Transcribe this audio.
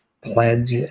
pledge